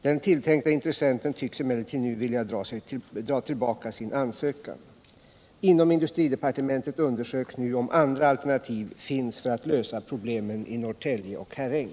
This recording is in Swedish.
Den tilltänkta intressenten tycks emellertid nu vilja dra tillbaka sin ansökan. Inom industridepartementet undersöks nu om andra alternativ finns för att lösa problemen i Norrtälje och Herräng.